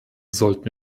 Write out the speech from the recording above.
sollten